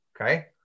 okay